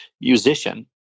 musician